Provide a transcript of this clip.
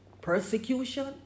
persecution